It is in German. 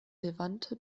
levante